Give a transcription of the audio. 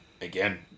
again